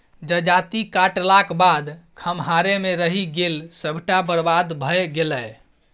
जजाति काटलाक बाद खम्हारे मे रहि गेल सभटा बरबाद भए गेलै